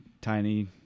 tiny